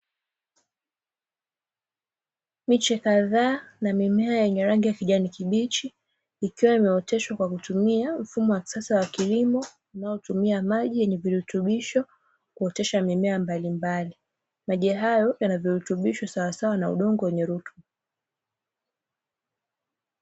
Miche kadhaa na mimea yenye rangi ya kijani kibichi, ikiwa imeoteshwa kwa kutumia mfumo wa kisasa wa kilimo unaotumia maji yenye virutubisho kuotesha mimea mabalimbali, maji hayo yana virutubisho sawasawa na udongo wenye rutuba.